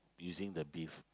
using the beef